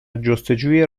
جستجوی